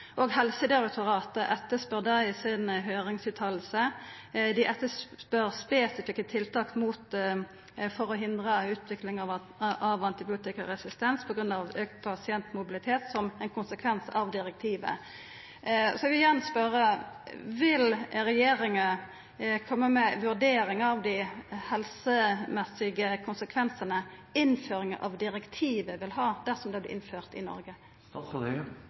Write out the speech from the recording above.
Helsedirektoratet etterspør det i høyringsutsegna si – dei etterspør spesifikke tiltak for å hindra utvikling av antibiotikaresistens på grunn av auka pasientmobilitet som ein konsekvens av direktivet. Så eg vil igjen spørja: Vil regjeringa koma med ei vurdering av dei helsemessige konsekvensane innføring av direktivet vil ha, dersom det vert innført i Noreg?